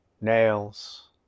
nails